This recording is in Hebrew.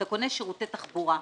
אתה קונה שירותי תחבורה.